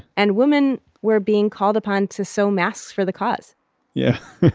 and women were being called upon to sew masks for the cause yeah,